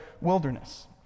wilderness